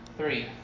three